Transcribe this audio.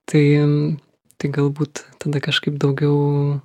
tai tai galbūt tada kažkaip daugiau